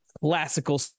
classical